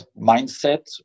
mindset